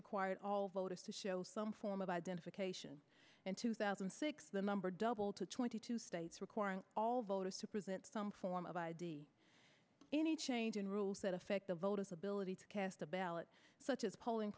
required all voters to show some form of identification in two thousand and six the number doubled to twenty two states requiring all the orders to present some form of id any change in rules that affect the voters ability to cast a ballot such as polling